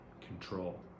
control